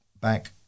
Back